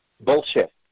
Bullshit